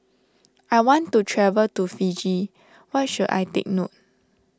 I want to travel to Fiji what should I take note